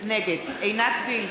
נגד עינת וילף,